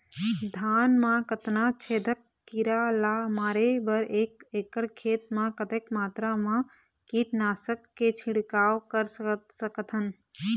धान मा कतना छेदक कीरा ला मारे बर एक एकड़ खेत मा कतक मात्रा मा कीट नासक के छिड़काव कर सकथन?